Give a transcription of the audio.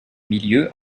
milieu